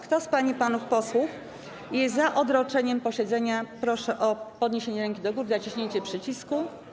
Kto z pań i panów posłów jest za odroczeniem posiedzenia, proszę o podniesienie ręki do góry i naciśnięcie przycisku.